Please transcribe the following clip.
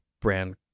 brand